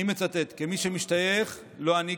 אני מצטט: "כמי שמשתייך" לא אני,